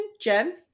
Jen